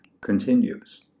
continues